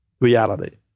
reality